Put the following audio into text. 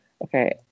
Okay